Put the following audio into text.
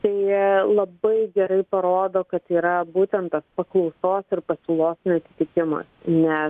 tai labai gerai parodo kad yra būtent paklausos ir pasiūlos neatitikimas nes